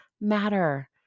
matter